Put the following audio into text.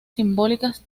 simbólicas